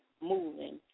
moving